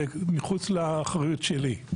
זה מחוץ לאחריות שלי,